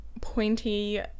pointy